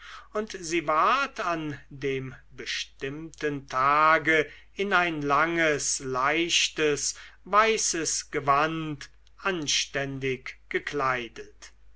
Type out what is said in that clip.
und sie ward an dem bestimmten tage in ein langes leichtes weißes gewand anständig gekleidet